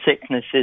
sicknesses